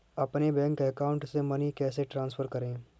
अपने bank account से money कैसे ट्रांसफर करें?